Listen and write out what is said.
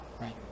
right